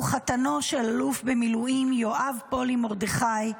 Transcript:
הוא חתנו של אלוף במילואים יואב פולי מרדכי,